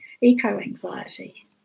eco-anxiety